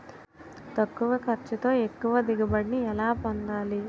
తక్కువ ఖర్చుతో ఎక్కువ దిగుబడి ని ఎలా పొందాలీ?